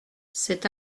cet